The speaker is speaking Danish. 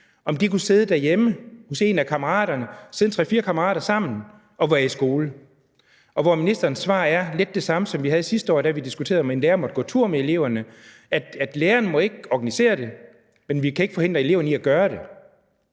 om de kunne sidde hjemme hos en af kammeraterne, om de kunne sidde tre-fire kammerater sammen og være i skole. Ministerens svar var lidt det samme som det, vi fik sidste år, da vi diskuterede, om en lærer måtte gå tur med eleverne, nemlig at læreren ikke må organisere det, men at man ikke kan forhindre eleverne i at gøre det.